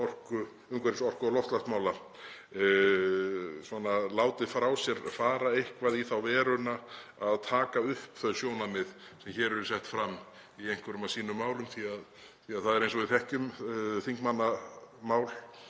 umhverfis-, orku- og loftslagsmála látið frá sér fara eitthvað í þá veruna að taka upp þau sjónarmið sem hér eru sett fram í einhverjum af sínum málum? Það er eins og við þekkjum, þingmannamál